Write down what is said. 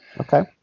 Okay